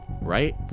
right